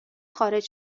خارج